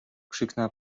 krzyknęła